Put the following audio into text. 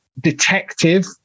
detective